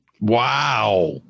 Wow